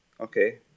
okay